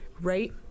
right